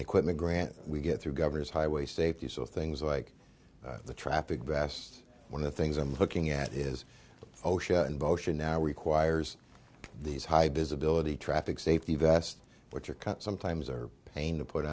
equipment grant we get through governors highway safety so things like the traffic best one of the things i'm looking at is osha and motion now requires these high visibility traffic safety vests which are cut sometimes or pain to put